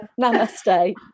namaste